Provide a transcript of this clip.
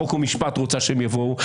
חוק ומשפט רוצה שהם יבואו.